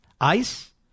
ICE